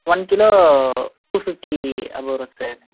one kilo two fifty above வரும் sir